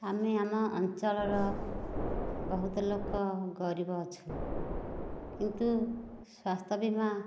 ଆମେ ଆମ ଅଞ୍ଚଳର ବହୁତ ଲୋକ ଗରିବ ଅଛୁ କିନ୍ତୁ ସ୍ବାସ୍ଥ୍ୟବୀମା